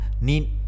need